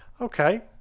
okay